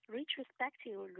retrospective